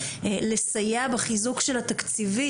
לסייע בחיזוק שלה מהבחינה התקציבית?